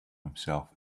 himself